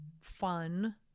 fun